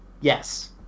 yes